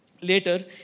Later